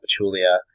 Pachulia